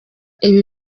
ibi